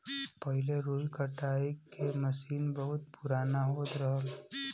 पहिले रुई कटाई के मसीन बहुत पुराना होत रहल